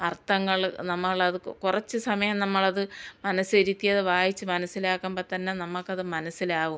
അർത്ഥങ്ങൾ നമ്മളത് കുറച്ച് സമയം നമ്മളത് മനസ്സിരുത്തി അത് വായിച്ച് മനസ്സിലാക്കുമ്പം തന്നെ നമുക്കത് മനസ്സിലാവും